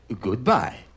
Goodbye